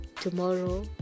Tomorrow